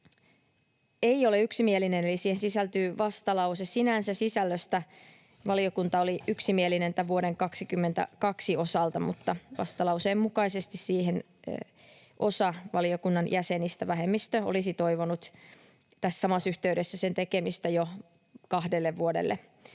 ei ole yksimielinen, eli siihen sisältyy vastalause. Sinänsä sisällöstä valiokunta oli yksimielinen tämän vuoden 22 osalta, mutta vastalauseen mukaisesti osa valiokunnan jäsenistä — vähemmistö — olisi toivonut tässä samassa yhteydessä tämän tekemistä jo kahdelle vuodelle